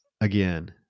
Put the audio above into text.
again